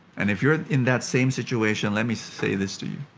and if you're in that same situation, let me say this to you,